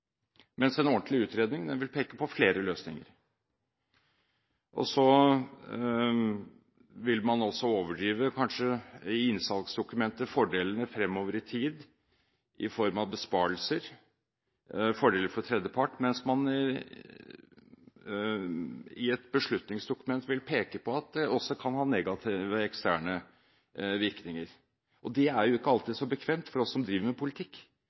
mens en ordentlig utredning vil peke på flere løsninger. Man vil også i innsalgsdokumentet overdrive fordelene fremover i tid i form av besparelser, fordeler for tredje part, mens man i et beslutningsdokument vil peke på at det også kan ha negative eksterne virkninger. Det er jo ikke alltid så bekvemt for oss som driver med politikk,